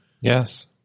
Yes